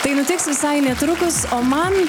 tai nutiks visai netrukus o man